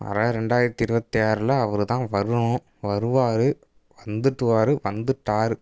வர்ற ரெண்டாயிரத்தி இருபத்தி ஆறில் அவரு தான் வரணும் வருவார் வந்துடுவாரு வந்துட்டார்